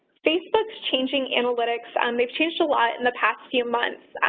facebook's changing analytics. um they've changed a lot in the past few months.